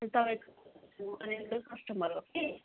customer हो कि